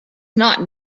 not